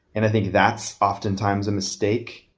and i think that's often times a mistake.